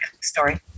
Story